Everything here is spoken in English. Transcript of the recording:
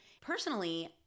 Personally